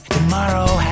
Tomorrow